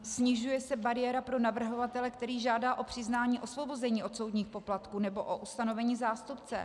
Snižuje se bariéra pro navrhovatele, který žádá o přiznání osvobození od soudních poplatků nebo o ustanovení zástupce.